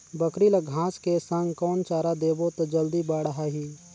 बकरी ल घांस के संग कौन चारा देबो त जल्दी बढाही?